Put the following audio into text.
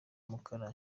umukara